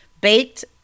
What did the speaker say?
Baked